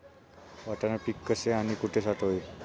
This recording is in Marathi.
वाटाणा पीक कसे आणि कुठे साठवावे?